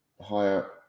higher